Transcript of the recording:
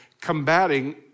combating